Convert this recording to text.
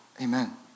Amen